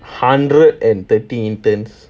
hundred and thirty interns